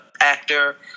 actor